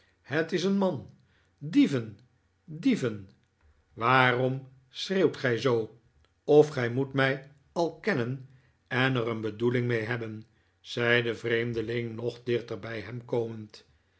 het is een man dieven dieven waarom schreeuwt gij zoo of gij moet mij al kennen en er een bedoeling mee hebben zei de vreemdeling nog dichter bij hem komend